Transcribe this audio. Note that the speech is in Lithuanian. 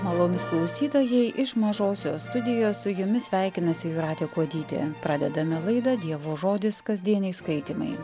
malonūs klausytojai iš mažosios studijos su jumis sveikinasi jūratė kuodytė pradedame laidą dievo žodis kasdieniai skaitymai